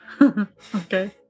Okay